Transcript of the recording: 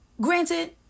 Granted